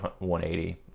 180